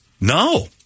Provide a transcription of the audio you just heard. No